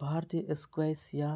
भारतीय स्क्वैश या